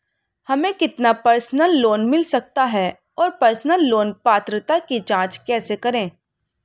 हमें कितना personal loan मिल सकता है और पर्सनल लोन पात्रता की जांच कैसे करें?